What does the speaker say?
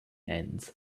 ends